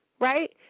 Right